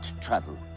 travel